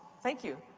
thank you.